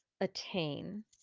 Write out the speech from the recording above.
attain